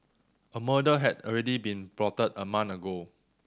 a murder had already been plotted a month ago